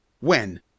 When